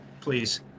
please